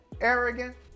arrogant